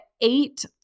eight